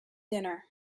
dinner